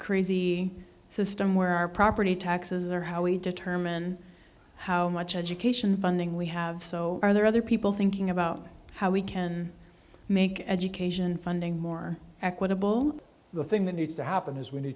crazy system where our property taxes are how we determine how much education funding we have so are there other people thinking about how we can make education funding more equitable the thing that needs to happen is we